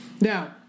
Now